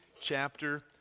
chapter